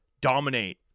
dominate